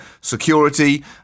security